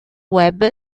web